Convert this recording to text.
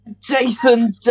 Jason